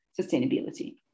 sustainability